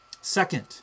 Second